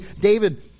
David